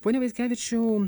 pone vaitkevičiau